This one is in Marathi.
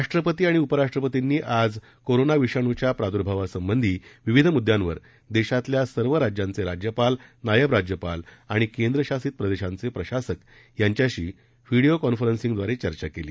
राष्ट्रपती आणि उपराष्ट्रपतींनी आज करोना विषाणूच्या प्रदुर्भावासंबधी विविध मुद्द्यांवर देशातल्या सर्व राज्यांचे राज्यपाल नायब राज्यपाल आणि केंद्रशासित प्रदेशांचे प्रशासक यांच्याशी व्हिडीओ कॉन्फरन्सिंगद्वारे चर्चा केली